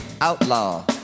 Outlaw